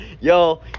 Yo